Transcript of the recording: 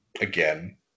Again